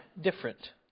different